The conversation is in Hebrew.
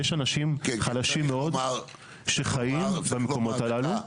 יש אנשים חלשים מאוד שחיים במקומות הללו.